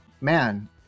man